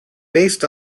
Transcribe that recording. based